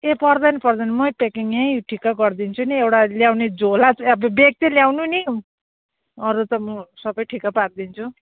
ए पर्दैन पर्दैन मै प्याकिङ यहीँ ठिक्क गरिदिन्छु नि एउटा ल्याउने झोला चाहिँ अब ब्याग चाहिँ ल्याउनु नि अरू त म सबै ठिक्क पारिदिन्छु